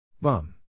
Bum